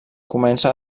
comença